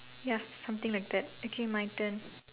ya something like that okay my turn